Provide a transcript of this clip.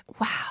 Wow